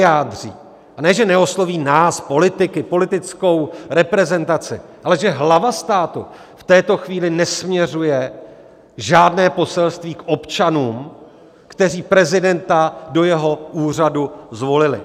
Ne že neosloví nás, politiky, politickou reprezentaci, ale že hlava státu v této chvíli nesměřuje žádné poselství k občanům, kteří prezidenta do jeho úřadu zvolili.